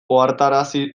ohartarazi